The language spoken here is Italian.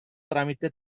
tramite